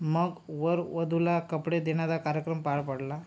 मग वर वधूला कपडे देण्याचा कार्यक्रम पार पडला